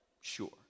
Sure